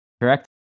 Correct